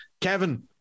Kevin